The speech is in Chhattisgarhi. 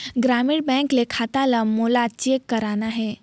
ग्रामीण बैंक के खाता ला मोला चेक करना हे?